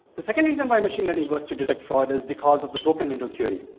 the second reason why machine learning works to detect fraud is because of the book and window theory.